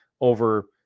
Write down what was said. over